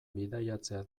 bidaiatzea